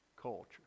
culture